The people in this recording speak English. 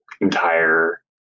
entire